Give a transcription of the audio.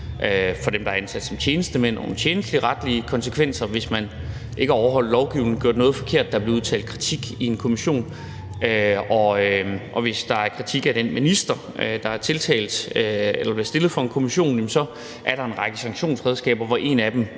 For dem, der er ansat som tjenestemænd, er der nogle tjenestemandsretlige konsekvenser, hvis man ikke har overholdt lovgivningen og man har gjort noget forkert og der er udtalt kritik af en kommission. Hvis der er kritik af den minister, der bliver stillet for en kommission, er der en række sanktionsredskaber, og en af dem